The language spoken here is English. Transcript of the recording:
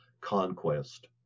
conquest